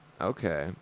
Okay